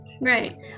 right